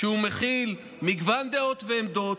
שהוא מכיל מגוון דעות ועמדות,